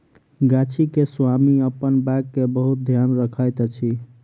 गाछी के स्वामी अपन बाग के बहुत ध्यान रखैत अछि